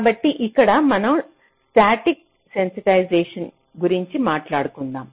కాబట్టి ఇక్కడ మనం స్టాటిక్ సెన్సిటైజేషన్ గురించి మాట్లాడుకుందాం